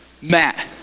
Matt